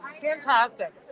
Fantastic